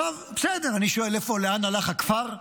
בסדר, אני שואל: לאן הלך הכפר?